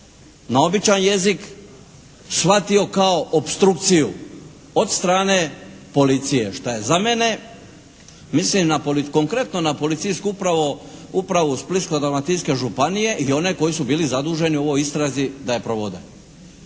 na običan jezik shvatio kao opstrukciju od strane policije što je za mene, mislim konkretno na Policijsku upravu Splitsko-dalmatinske županije i one koji su bili zaduženi u ovoj istrazi da je provode.